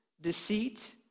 deceit